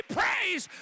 praise